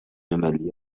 ملی